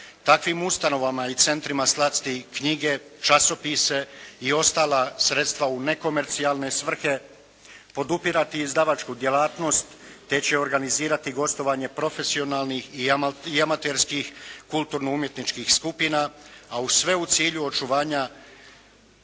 Takvim ustanovama i centrima slati knjige, časopise i ostala sredstva u nekomercijalne svrhe, podupirati izdavačku djelatnost, te će organizirati gostovanje profesionalnih i amaterskih kulturno-umjetničkih skupina, a sve u cilju očuvanja